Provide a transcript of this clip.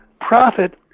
profit